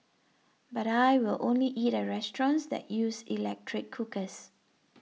but I will only eat at restaurants that use electric cookers